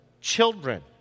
children